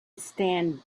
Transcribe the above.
stand